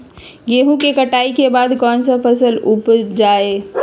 गेंहू के कटाई के बाद कौन सा फसल उप जाए?